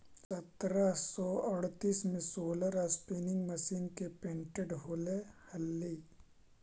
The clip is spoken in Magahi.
सत्रह सौ अड़तीस में रोलर स्पीनिंग मशीन के पेटेंट होले हलई